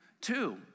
Two